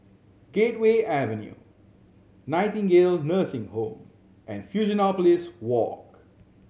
Gateway Avenue Nightingale Nursing Home and Fusionopolis Walk